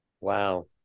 Wow